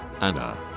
Anna